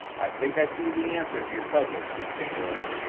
i think i see the answer to your puzzle, miss van gorder,